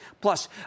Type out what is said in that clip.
Plus